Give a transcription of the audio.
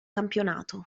campionato